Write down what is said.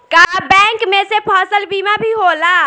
का बैंक में से फसल बीमा भी होला?